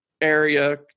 area